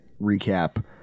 recap